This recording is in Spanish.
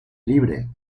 libre